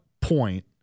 point